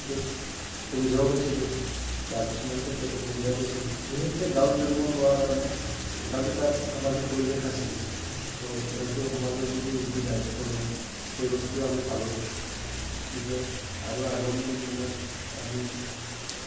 কিছুমান ক্ষেত্ৰত সুবিধাও পাইছিলোঁ বা কিছুমান ক্ষেত্ৰত অসুবিধাও পাইছিলোঁ বিশেষকে গাওঁত জন্ম লোৱাৰ কাৰণে তাত সামাজিক পৰিৱেশ আছিল হয়তো সমাজৰ প্ৰতি সেইটো দায়িত্ববোধ সেই বস্তুটো আমি পালোঁ গতিকে আৰু আগন্তুক দিনত